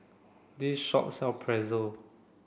this shop sell Pretzel